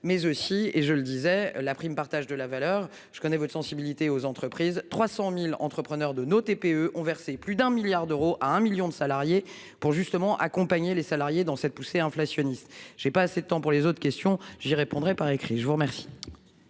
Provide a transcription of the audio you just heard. Mais aussi, et je le disais, la prime partage de la valeur. Je connais votre sensibilité aux entreprises 300.000 entrepreneurs de nos TPE ont versé plus d'un milliard d'euros à un million de salariés pour justement accompagner les salariés dans cette poussée inflationniste. J'ai pas assez de temps pour les autres questions, j'y répondrai par écrit je vous remercie.